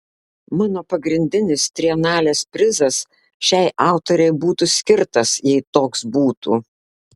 mano pagrindinis trienalės prizas šiai autorei būtų skirtas jei toks būtų